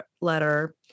letter